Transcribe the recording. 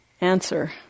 answer